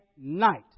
night